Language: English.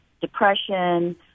depression